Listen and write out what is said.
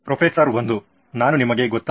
professor 1 ನಾನು ನಿಮಗೆ ಗೊತ್ತ